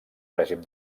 règim